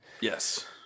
Yes